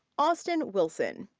austin wilson.